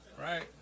Right